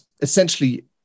essentially